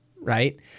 right